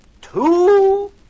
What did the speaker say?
two